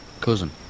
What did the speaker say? Cousin